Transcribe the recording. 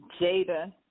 Jada